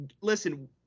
listen